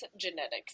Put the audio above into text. genetics